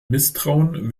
misstrauen